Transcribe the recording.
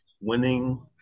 winning